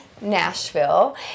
Nashville